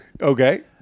Okay